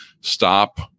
stop